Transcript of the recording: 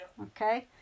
okay